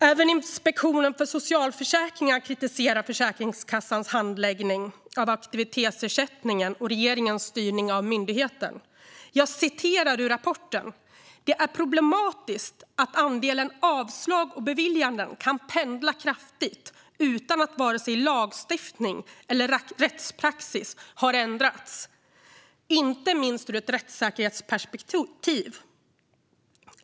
Även Inspektionen för socialförsäkringen kritiserar Försäkringskassans handläggning av aktivitetsersättningen och regeringens styrning av myndigheten. Jag citerar ur rapporten där det står att "det är problematiskt att andelen avslag och beviljanden kan pendla kraftigt utan att vare sig lagstiftning eller rättspraxis har ändrats, inte minst ur ett rättssäkerhetsperspektiv."